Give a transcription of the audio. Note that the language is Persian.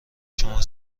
شما